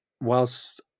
whilst